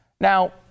Now